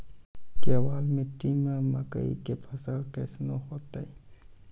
केवाल मिट्टी मे मकई के फ़सल कैसनौ होईतै?